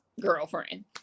girlfriend